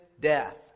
death